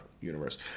universe